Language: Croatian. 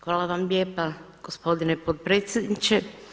Hvala vam lijepa gospodine potpredsjedniče.